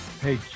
Hey